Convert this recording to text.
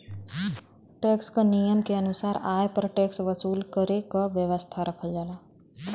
tax क नियम के अनुसार आय पर टैक्स वसूल करे क व्यवस्था रखल जाला